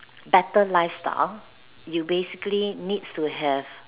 better lifestyle you basically need to have